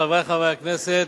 חברי חברי הכנסת,